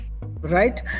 Right